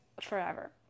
forever